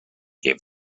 gave